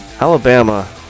Alabama